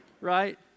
Right